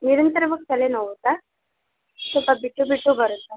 ನಿರಂತರವಾಗಿ ತಲೆನೋವುತ್ತಾ ಸ್ವಲ್ಪ ಬಿಟ್ಟು ಬಿಟ್ಟು ಬರುತ್ತಾ